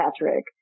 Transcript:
Patrick